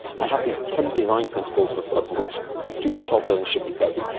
i have these ten design principles of of which future tall buildings should be based,